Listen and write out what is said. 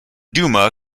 duma